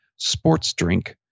SPORTSDRINK